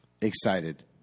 Excited